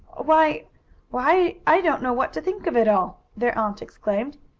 why why i don't know what to think of it all! their aunt exclaimed.